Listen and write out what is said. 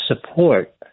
support